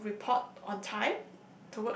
fun to report on time